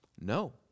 No